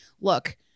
Look